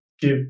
give